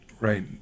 Right